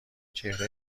چهره